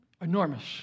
Enormous